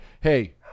hey